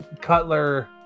Cutler